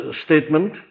statement